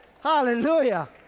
Hallelujah